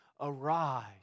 arise